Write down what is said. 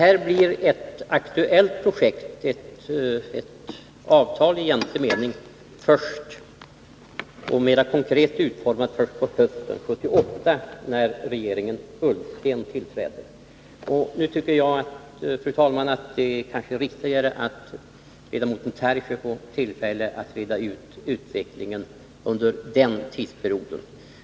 Projektet blir aktuellt först på hösten 1978, när regeringen Ullsten tillträder. Då utformas ett mera konkret avtal i egentlig mening. Fru talman! Jag tycker att det är riktigare att ledamoten Tarschys får tillfälle att reda ut utvecklingen under den tidsperioden.